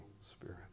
Spirit